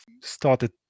started